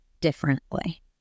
differently